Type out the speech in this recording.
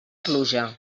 pluja